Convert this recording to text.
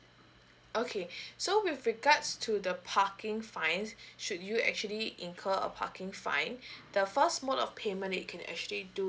okay so with regards to the parking fines should you actually incur a parking fine the fine's mode of payment you can actually do